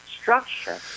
structure